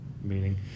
meaning